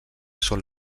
són